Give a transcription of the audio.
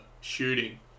shooting